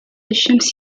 الشمس